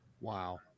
Wow